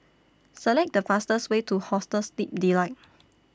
Select The fastest Way to Hostel Sleep Delight